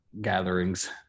gatherings